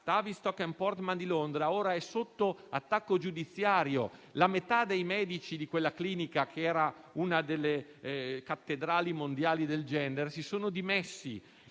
Tavistock and Portman di Londra ora è sotto attacco giudiziario e la metà dei medici di quella che era una delle cattedrali mondiali del *gender* si è dimessa.